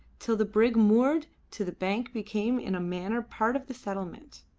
till the brig moored to the bank became in a manner part of the settlement,